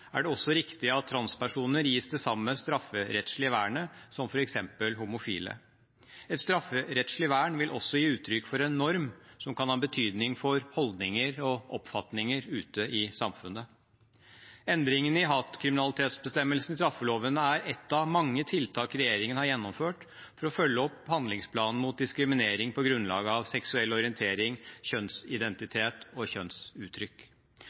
er det også riktig at transpersoner gis det samme strafferettslige vernet som f.eks. homofile. Et strafferettslig vern vil også gi uttrykk for en norm som kan ha betydning for holdninger og oppfatninger ute i samfunnet. Endringene i hatkriminalitetsbestemmelsene i straffeloven er et av mange tiltak regjeringen har gjennomført for å følge opp handlingsplanen mot diskriminering på grunnlag av seksuell orientering, kjønnsidentitet og kjønnsuttrykk.